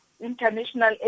international